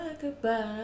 goodbye